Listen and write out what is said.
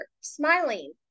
smiling